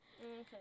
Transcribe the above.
okay